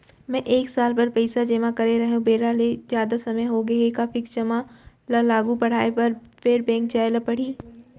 मैं एक साल बर पइसा जेमा करे रहेंव, बेरा ले जादा समय होगे हे का फिक्स जेमा ल आगू बढ़ाये बर फेर बैंक जाय ल परहि?